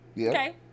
okay